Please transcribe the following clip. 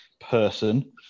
person